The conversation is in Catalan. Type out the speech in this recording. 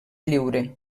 lliure